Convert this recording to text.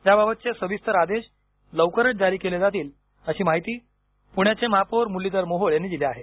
याबाबतचे सविस्तर आदेश लवकरच जारी केले जातील अशी माहिती पुण्याचे महापौर मुरलीधर मोहोळ यांनी दिली आहे